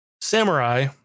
Samurai